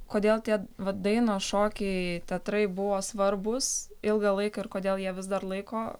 kodėl tie va dainos šokiai teatrai buvo svarbūs ilgą laiką ir kodėl jie vis dar laiko